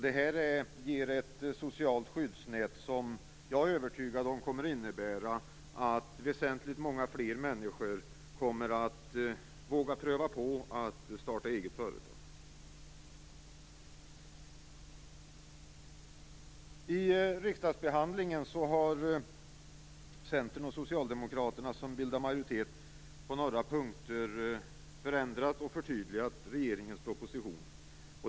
Det här ger ett socialt skyddsnät som jag är övertygad om kommer att innebära att väsentligt många fler människor kommer att våga pröva på att starta eget företag. I riksdagsbehandlingen har Centern och Socialdemokraterna, som bildar majoritet, på några punkter förändrat och förtydligat regeringens proposition.